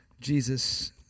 Jesus